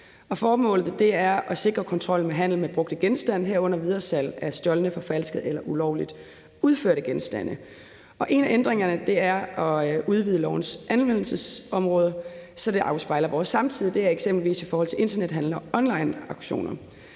lovforslaget er at sikre kontrollen med handel med brugte genstande, herunder videresalg af stjålne, forfalskede eller ulovligt udførte genstande. En af ændringerne er at udvide lovens anvendelsesområde, så det afspejler vores samtid. Det gælder eksempelvis i forhold til internethandel og onlineauktioner.